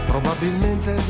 Probabilmente